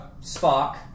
Spock